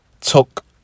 took